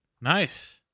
Nice